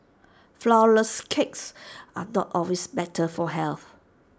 Flourless Cakes are not always better for health